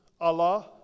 Allah